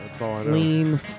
Lean